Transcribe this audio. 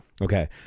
Okay